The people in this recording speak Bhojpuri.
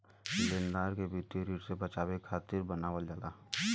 लेनदार के वित्तीय ऋण से बचावे खातिर बनावल जाला